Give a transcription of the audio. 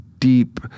Deep